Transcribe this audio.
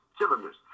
cylinders